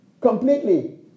Completely